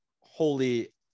holy